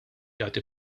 jagħti